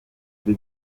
kuri